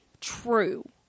True